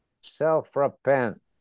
self-repent